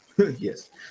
Yes